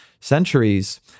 centuries